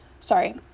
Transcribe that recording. Sorry